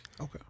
okay